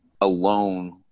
alone